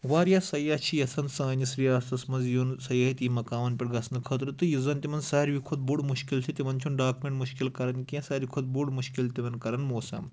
واریاہ سیاح چھِ یَژھان سٲنِس رِیاستَس منٛز یُن سَیٲحتی مقامَن پٮ۪ٹھ گژھنہٕ خٲطرٕ تہٕ یُس زَن تِمَن ساروٕے کھۄتہٕ بوٚڈ مُشکل چھِ تِمَن چھُنہٕ ڈاکمٮ۪نٛٹ مُشکل کَران کینٛہہ ساروٕے کھۄتہٕ بوٚڈ مُشکل چھِ تِمَن کَران موسَم